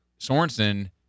Sorensen